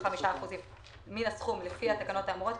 27ב ו-27ג יהיה בשיעור של 85% מן הסכום לפי התקנות האמורות,